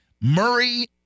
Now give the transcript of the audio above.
Murray